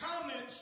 comments